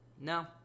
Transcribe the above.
No